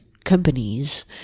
companies